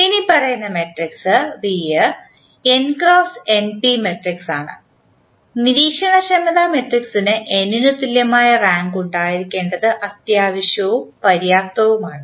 ഇനിപ്പറയുന്ന matrix V n X np matrix ആണ് നിരീക്ഷണക്ഷമത മട്രിക്സിന് n ന് തുല്യമായ റാങ്ക് ഉണ്ടായിരിക്കേണ്ടത് അത്യാവശ്യവും പര്യാപ്തവുമാണ്